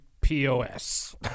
POS